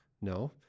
No